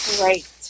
right